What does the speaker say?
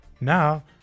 Now